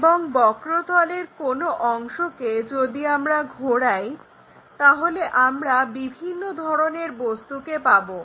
এবং বক্রতলের কোনো অংশকে যদি আমরা ঘোরাই তাহলে আমরা বিভিন্ন ধরনের বস্তুকে পাবো